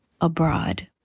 abroad